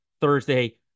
Thursday